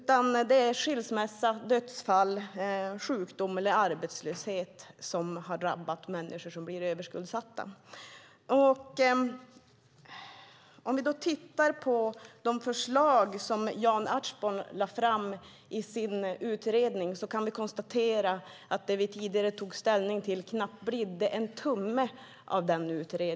Det kan vara skilsmässa, dödsfall, sjukdom eller arbetslöshet som har drabbat de människor som blir överskuldsatta. Vi kan konstatera att det knappt bidde en tumme av de förslag som Jan Ertsborn lade fram i sin utredning och som vi tidigare tog ställning till.